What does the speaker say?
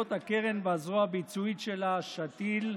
לפעולות הקרן והזרוע הביצועית שלה, שתי"ל,